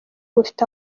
bufite